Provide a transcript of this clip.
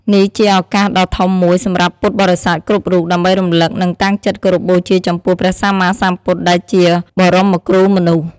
នេះជាឱកាសដ៏ធំមួយសម្រាប់ពុទ្ធបរិស័ទគ្រប់រូប ដើម្បីរំលឹក និងតាំងចិត្តគោរពបូជាចំពោះព្រះសម្មាសម្ពុទ្ធ ដែលជាបមរគ្រូមនុស្ស។